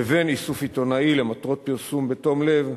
לבין איסוף עיתונאי למטרות פרסום בתום לב,